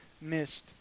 missed